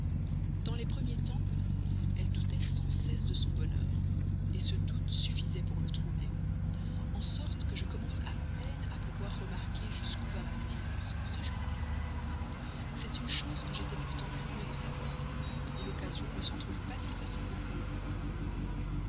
tous les premiers jours elle doutait sans cesse de son bonheur ce doute suffisait pour le troubler en sorte que je commence à peine à pouvoir remarquer jusqu'où va ma puissance en ce genre c'est une chose que j'étais pourtant curieux de savoir l'occasion ne s'en trouve pas si facilement qu'on le croit